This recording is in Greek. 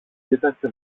κοίταξε